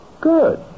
Good